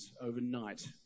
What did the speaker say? overnight